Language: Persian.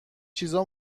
چیزا